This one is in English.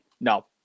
No